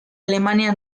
alemania